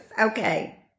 Okay